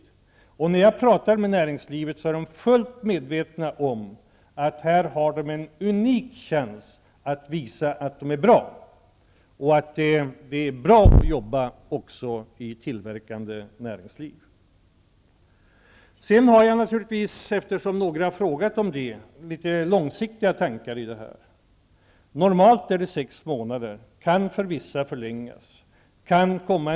När jag pratar med representanter för näringslivet märker jag att de är fullt medvetna om att de här har en unik chans att visa att de är bra och att det även är bra att jobba i det tillverkande näringslivet. Jag har naturligtvis -- några har frågat om det -- litet långsiktiga tankar om denna praktik. Normalt är den sex månader, men den kan förlängas för vissa.